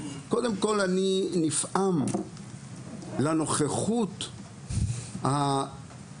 קודם כל אני נפעם מהנוכחות המפליאה